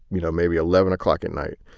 you know, maybe eleven o'clock at night.